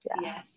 Yes